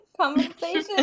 conversation